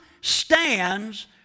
stands